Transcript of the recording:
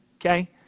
okay